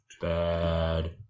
bad